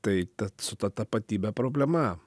tai tad su ta tapatybe problema